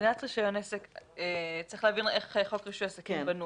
מבחינת רישיון עסק צריך להבין איך חוק רישוי עסקים בנוי.